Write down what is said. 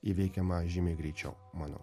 įveikiama žymiai greičiau mano